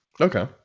Okay